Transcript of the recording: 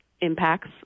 impacts